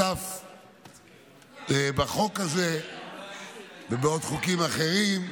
התשפ"ד 2023. הצעת החוק המובאת בפניכם,